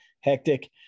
hectic